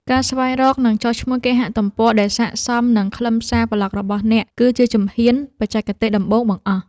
ការស្វែងរក និងចុះឈ្មោះគេហទំព័រ ដែលសក្ដិសមនឹងខ្លឹមសារប្លក់របស់អ្នក គឺជាជំហានបច្ចេកទេសដំបូងបង្អស់។